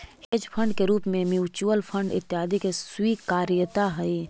hedge fund के रूप में म्यूच्यूअल फंड इत्यादि के स्वीकार्यता हई